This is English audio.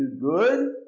good